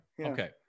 Okay